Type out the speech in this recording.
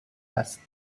است